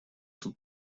тут